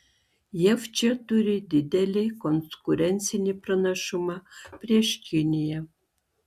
jav čia turi didelį konkurencinį pranašumą prieš kiniją